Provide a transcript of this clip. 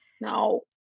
No